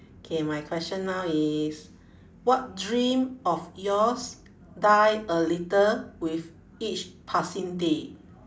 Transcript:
K my question now is what dream of yours die a little with each passing day